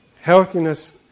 healthiness